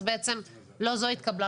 אז בעצם לא זו התקבלה,